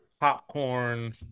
popcorn